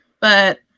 but-